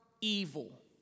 evil